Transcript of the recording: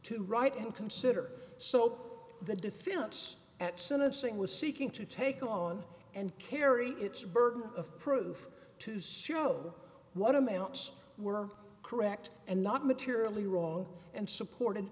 to write and consider so the defense at sentencing was seeking to take on and carry its burden of proof to ciro what amounts were correct and not materially wrong and supported